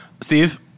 Steve